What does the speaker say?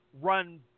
run